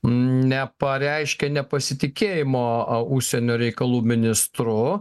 nepareiškė nepasitikėjimo užsienio reikalų ministru